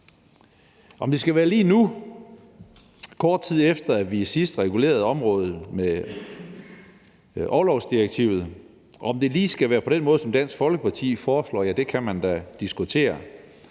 Om det skal være lige nu, kort tid efter at vi sidst regulerede området med orlovsdirektivet, og om det lige skal være på den måde, som Dansk Folkeparti foreslår, kan man da diskutere.